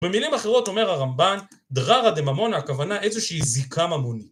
במילים אחרות אומר הרמב"ן: דררא דה ממונה הכוונה איזושהי זיקה ממונית.